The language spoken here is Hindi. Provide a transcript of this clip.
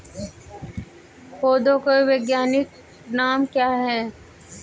पौधों के वैज्ञानिक नाम क्या हैं?